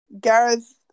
Gareth